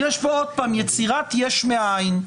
שוב יש כאן יצירת יש מאין,